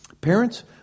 Parents